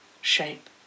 shape